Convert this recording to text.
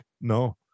no